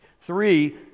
Three